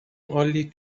only